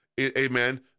amen